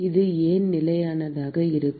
அது ஏன் நிலையானதாக இருக்கும்